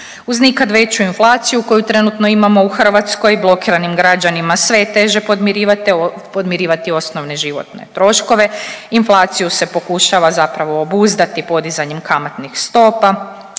Uz nikad veću inflaciju koju trenutno imamo u Hrvatskoj blokiranim građanima sve je teže podmirivati osnovne životne troškove, inflaciju se pokušava zapravo obuzdati podizanjem kamatnih stopa